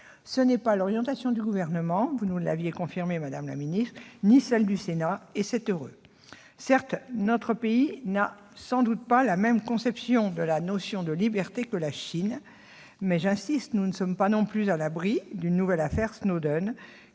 ce n'est pas l'orientation du Gouvernement, vous l'avez confirmé, madame la secrétaire d'État, ni celle du Sénat- et c'est heureux. Certes, notre pays n'a pas tout à fait la même conception de la liberté que la Chine, mais, j'insiste, nous ne sommes pas non plus à l'abri d'une nouvelle affaire Snowden,